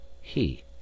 He